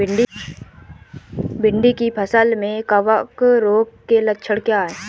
भिंडी की फसल में कवक रोग के लक्षण क्या है?